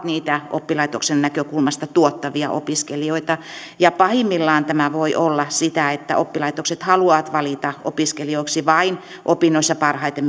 niitä oppilaitoksen näkökulmasta tuottavia opiskelijoita pahimmillaan tämä voi olla sitä että oppilaitokset haluavat valita opiskelijoiksi vain opinnoissa parhaiten